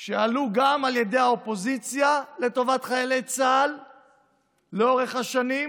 שעלו גם על ידי האופוזיציה לטובת חיילי צה"ל לאורך השנים,